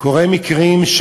קורים מקרים,